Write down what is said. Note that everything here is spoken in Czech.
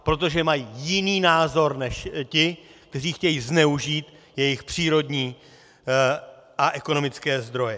Protože mají jiný názor než ti, kteří chtějí zneužít jejich přírodní a ekonomické zdroje.